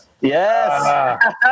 Yes